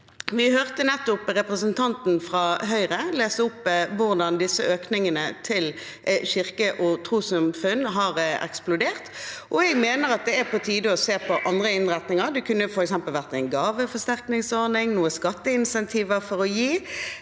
Vi hørte nettopp representanten fra Høyre lese opp hvordan disse økningene til kirke- og trossamfunn har eksplodert, og jeg mener at det er på tide å se på andre innretninger. Det kunne f.eks. vært en gaveforsterkningsordning eller skatteinsentiver for å gi.